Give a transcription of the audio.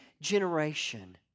generation